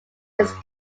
its